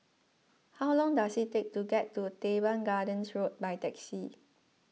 how long does it take to get to Teban Gardens Road by taxi